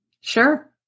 Sure